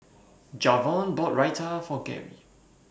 Javon bought Raita For Gary